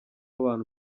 abantu